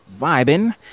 vibing